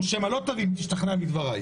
או שמא לא תביא, תשתכנע בדבריי